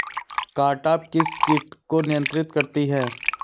Cartap किस किट को नियंत्रित करती है?